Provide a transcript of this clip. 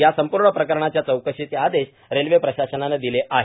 या संपूर्ण प्रकरणाच्या चौकशीचे आदेश रेल्वे प्रशासनानं दिले आहेत